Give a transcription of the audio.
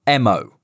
MO